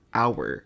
hour